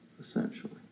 essentially